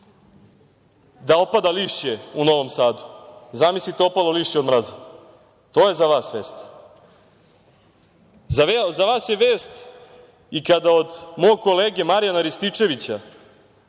da opada lišće u Novom Sadu. Zamislite opalo lišće od mraza? To je za vas vest.Za vas je vest i kada od mog kolege Marjana Rističevića,